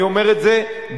אני אומר את זה באחריות.